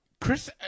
Chris